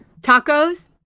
Tacos